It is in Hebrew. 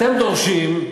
אתם דורשים,